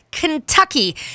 Kentucky